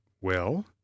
Well